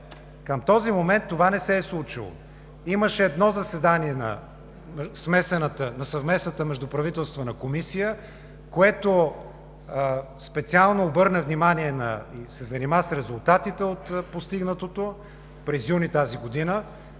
Към този момент това не се е случило. Имаше едно заседание на Съвместната междуправителствена комисия, което специално обърна внимание и се занима с резултатите от постигнатото през юни тази година.